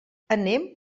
anem